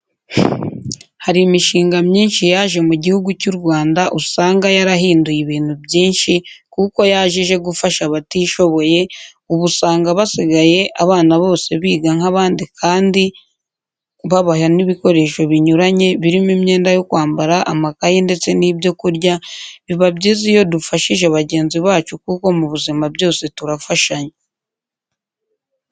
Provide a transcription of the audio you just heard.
Hari imishinga myinshi yaje mu gihugu cy'u Rwanda usanga yarahinduye ibintu byinshi kuko yaje ije gufasha abatishoboye, ubu usanga basigaye abana bose biga nk'abandi kandi babaha n'ibikoresho binyuranye birimo imyenda yo kwambara, amakaye ndetse nibyo kurya, biba byiza iyo dufashije bagenzi bacu kuko mu buzima byose turafashanya.